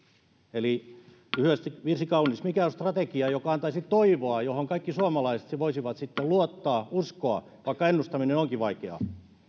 eli lyhyesti virsi kaunis mikä on se strategia joka antaisi toivoa ja johon kaikki suomalaiset voisivat sitten luottaa ja uskoa vaikka ennustaminen onkin vaikeaa